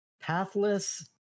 Pathless